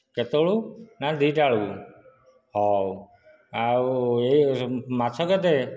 କେତେବେଳକୁ ନା ଦୁଇ ଟା ବେଳକୁ ହେଉ ଆଉ ଏ ମାଛ କେତେ